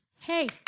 hey